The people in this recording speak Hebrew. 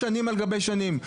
שנים על גבי שנים.